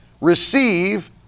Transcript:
receive